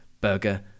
burger